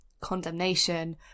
condemnation